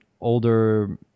older